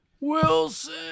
Wilson